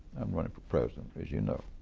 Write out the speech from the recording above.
i'm running for president, as you know.